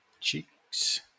Cheeks